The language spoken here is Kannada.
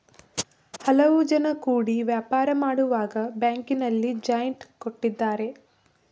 ಹಲವು ಜನ ಕೂಡಿ ವ್ಯಾಪಾರ ಮಾಡುವಾಗ ಬ್ಯಾಂಕಿನಲ್ಲಿ ಜಾಯಿಂಟ್ ಕೊಟ್ಟಿದ್ದಾರೆ